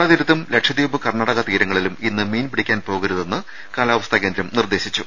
കേരളതീരത്തും ലക്ഷദ്വീപ് കർണാടക തീരങ്ങളിലും ഇന്ന് മീൻപിടിക്കാൻ പോകരുതെന്ന് കാലാവസ്ഥാ കേന്ദ്രം നിർദേശിച്ചു